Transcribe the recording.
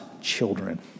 children